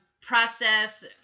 process